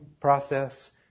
process